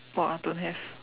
!wah! don't have